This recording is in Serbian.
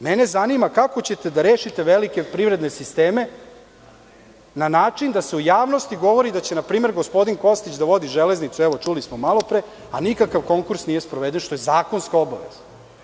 Mene zanima kako ćete da rešite velike privredne sisteme na način da se u javnosti govori da će, na primer, gospodin Kostić da vodi „Železnicu“, evo čuli smo malopre, a nikakav konkurs nije sproveden, što je zakonska obaveza?